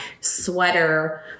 sweater